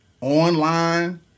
online